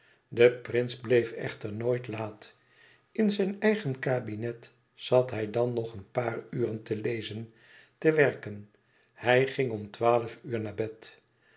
de prins bleef echter nooit laat in zijn eigen kabinet zat hij dan nog een paar uur te lezen te werken hij ging om twaalf uur naar bed